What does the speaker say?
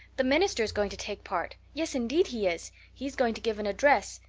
the minister is going to take part yes, indeed, he is he's going to give an address.